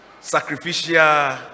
sacrificial